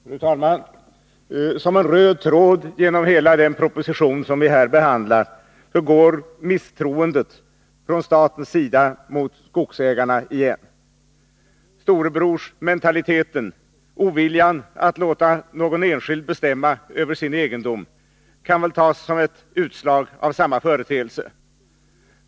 Fru talman! Som en röd tråd genom hela den proposition som vi här behandlar går misstroendet från statens sida mot skogsägarna. Storebrorsmentaliteten, oviljan att låta någon enskild bestämma över sin egendom, kan väl tas som ett utslag av samma företeelse.